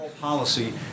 policy